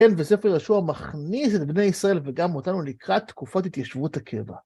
כן, וספר יהושע מכניס את בני ישראל וגם אותנו לקראת תקופת התיישבות הקבע.